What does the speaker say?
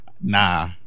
Nah